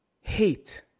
Hate